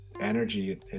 energy